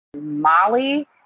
Molly